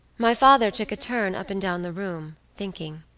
my father took a turn up and down the room, thinking.